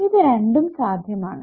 ഇത് രണ്ടും സാധ്യമാണ്